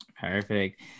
perfect